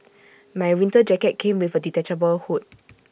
my winter jacket came with A detachable hood